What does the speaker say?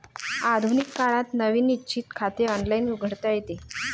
आधुनिक काळात नवीन निश्चित खाते ऑनलाइन उघडता येते